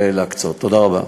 תודה רבה.